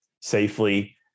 safely